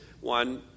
one